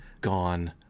gone